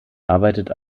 arbeitet